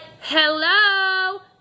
hello